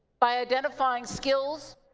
by identifying skills,